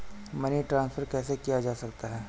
Money transfer कैसे किया जा सकता है?